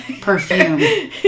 perfume